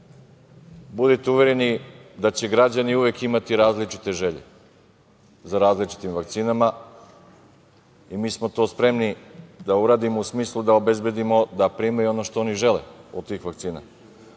Budite uvereni da će građani uvek imati različite želje za različitim vakcinama i mi smo to spremni da uradimo u smislu da obezbedimo da primaju ono što oni žele od tih vakcina. Najveći